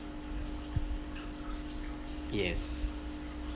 yes